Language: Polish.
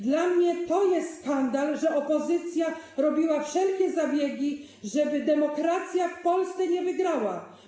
Dla mnie to jest skandal, że opozycja czyniła wszelkie zabiegi, żeby demokracja w Polsce nie wygrała.